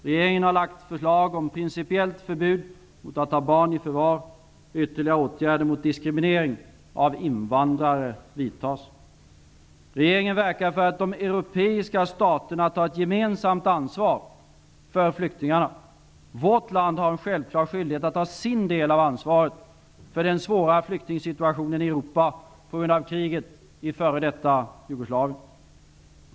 Regeringen har framlagt förslag om principiellt förbud mot att ta barn i förvar. Ytterligare åtgärder mot diskriminering av invandrare vidtas. Regeringen verkar för att de europeiska staterna tar ett gemensamt ansvar för flyktingarna. Vårt land har en självklar skyldighet att ta sin del av ansvaret för den svåra flyktingsituationen i Europa på grund av kriget i f.d. Jugoslavien.